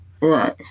Right